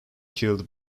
killed